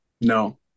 No